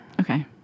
Okay